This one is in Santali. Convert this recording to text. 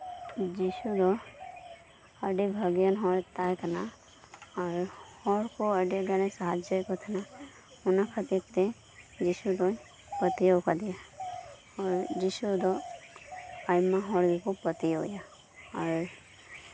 ᱡᱤᱥᱩ ᱫᱚ ᱟᱹᱰᱤ ᱵᱷᱟᱹᱜᱮ ᱦᱚᱲᱮ ᱛᱟᱸᱦᱮ ᱠᱟᱱᱟ ᱟᱨ ᱦᱚᱲ ᱠᱚ ᱟᱸᱰᱤ ᱜᱟᱱᱮ ᱥᱟᱦᱟᱡᱡᱚᱭᱮᱫ ᱠᱚ ᱛᱟᱸᱦᱮᱱᱟ ᱚᱱᱟ ᱠᱷᱟᱹᱛᱤᱨ ᱛᱮ ᱡᱤᱥᱩ ᱫᱚᱧ ᱯᱟᱹᱛᱭᱟᱹᱣ ᱠᱟᱫᱮᱭᱟ ᱟᱨ ᱡᱤᱥᱩ ᱫᱚ ᱟᱭᱢᱟ ᱦᱚᱲ ᱜᱮᱠᱚ ᱯᱟᱹᱛᱭᱟᱹᱣ ᱟᱭᱟ ᱟᱨ